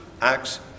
Acts